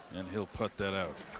and he'll put that out.